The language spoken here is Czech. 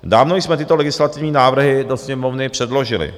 Dávno jsme tyto legislativní návrhy do Sněmovny předložili.